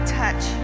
touch